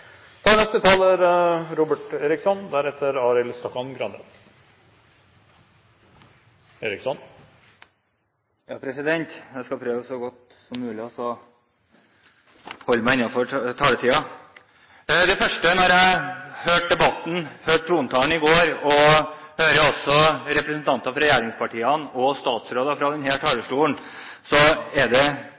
Ja, jeg skal prøve så godt som mulig å holde meg innenfor taletiden. For det første: Da jeg hørte trontalen i går, og når jeg hører representanter fra regjeringspartiene og statsråder fra denne talerstolen i debatten i dag, er det